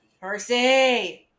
Percy